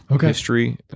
history